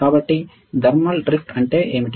కాబట్టి thermal drift అంటే ఏమిటి